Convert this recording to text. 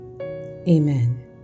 Amen